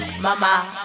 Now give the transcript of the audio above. Mama